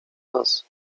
nas